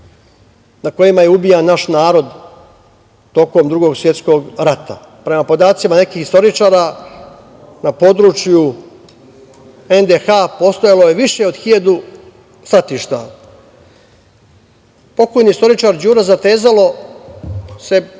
na kojima je ubijan naš narod tokom Drugog svetskog rata. Prema podacima nekih istoričara na području NDH postojalo je više od 1.000 stratišta. Pokojni istoričar Đuro Zatezalo se